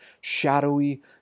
shadowy